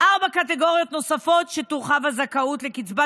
ארבע קטגוריות שבהן תורחב הזכאות לקצבת